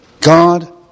God